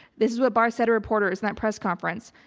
this is what barr said of reporters in that press conference.